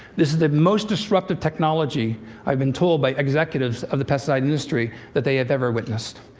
this is the most disruptive technology i've been told by executives of the pesticide industry that they have ever witnessed.